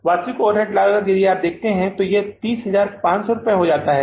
वास्तविक ओवरहेड लागत यदि आप इसे देखते हैं तो यह 30500 हो जाता है